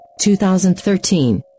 2013